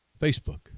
Facebook